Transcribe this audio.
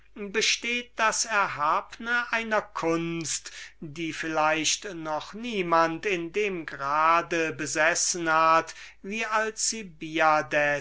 besteht das erhabne einer kunst die vielleicht noch niemand in dem grade besessen hat wie